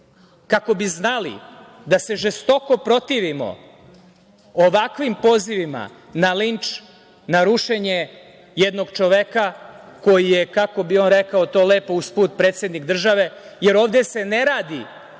kako bi znali da se žestoko protivimo ovakvim pozivima na linč, na rušenje jednog čoveka koji je, kako bi on rekao to lepo uz put predsednik države, jer ovde se ne radi